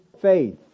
faith